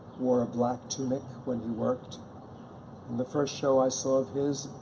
wore a black tunic when he worked in the first show i saw of his,